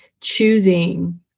choosing